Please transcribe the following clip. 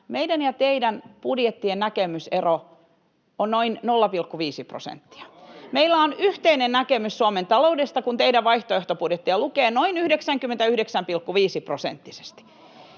Meidän ja teidän budjettien näkemysero on noin 0,5 prosenttia. Meillä on yhteinen näkemys Suomen taloudesta, kun teidän vaihtoehtobudjettianne lukee, noin 99,5-prosenttisesti.